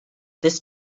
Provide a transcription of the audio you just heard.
this